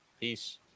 peace